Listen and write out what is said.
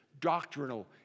doctrinal